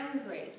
angry